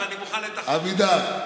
אז אני מוכן, אבידר,